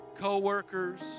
co-workers